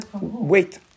Wait